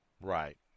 Right